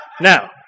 Now